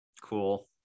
Cool